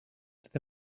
that